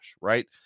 right